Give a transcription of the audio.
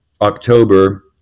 October